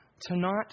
tonight